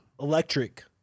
Electric